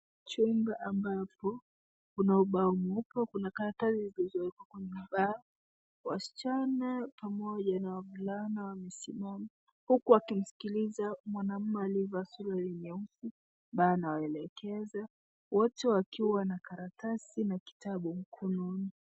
Chumba ambapo kuna ubao mweupe kuna karatasi zilizowekwa kwenye ubao. Wasichana pamoja na wavulana wamesimama huku wakimsikiliza mwanaume aliyevaa suruali nyeusi ambayo anawaelekeza wote wakiwa na karatasi na kitabu mkononi.